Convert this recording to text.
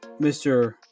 Mr